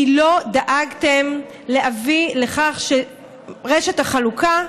כי לא דאגתם להביא לכך שרשת החלוקה,